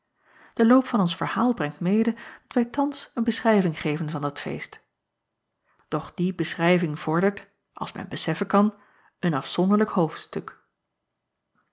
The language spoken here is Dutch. e loop van ons verhaal brengt mede dat wij thans een beschrijving geven van dat feest och die beschrijving vordert als men beseffen kan een afzonderlijk hoofdstuk